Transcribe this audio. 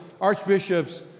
archbishops